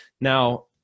now